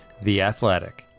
theathletic